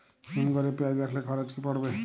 হিম ঘরে পেঁয়াজ রাখলে খরচ কি পড়বে?